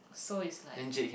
so is like